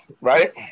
right